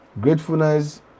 gratefulness